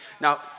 Now